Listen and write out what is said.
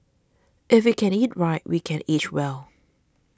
if we can eat right we can age well